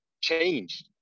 change